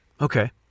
Okay